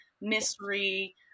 mystery